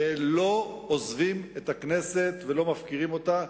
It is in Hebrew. ולא עוזבים את הכנסת ולא מפקירים אותה.